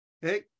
hey